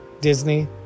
Disney